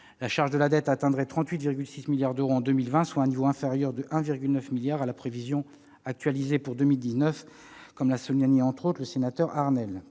la charge de la dette atteindrait 38,6 milliards d'euros en 2020, soit un niveau inférieur de 1,9 milliard d'euros à la prévision actualisée pour 2019, comme l'a notamment souligné Guillaume Arnell.